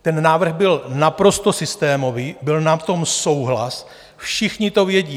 Ten návrh byl naprosto systémový, byl na tom souhlas, všichni to vědí.